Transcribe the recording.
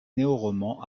néoroman